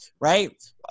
right